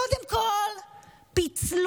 קודם כול פיצלו,